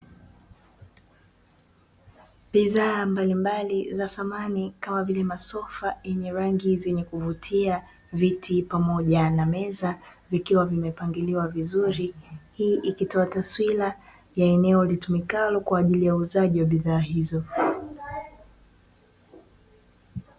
Bidhaa mbalimbali za samani kama vile: masofa yenye rangi zenye kuvutia, viti, pamoja na meza vikiwa vimepangiliwa vizuri. Hii ikitoa taswira ya eneo litumikalo kwa ajili ya uuzaji wa bidhaa hizo.